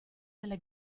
delle